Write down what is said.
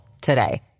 today